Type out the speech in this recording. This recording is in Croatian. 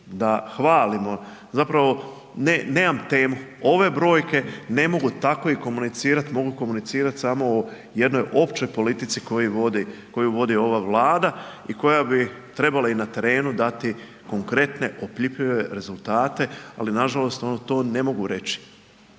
da hvalimo, zapravo nemam temu. Ove brojke ne mogu tako i komunicirati, mogu komunicirati samo o jednoj općoj politici koju vodi ova Vlada i koja bi trebala i na terenu dati konkretne, opipljive rezultate ali nažalost to ne mogu reći.